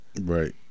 Right